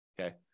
okay